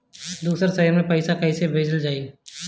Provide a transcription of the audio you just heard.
दूसरे शहर में पइसा कईसे भेजल जयी?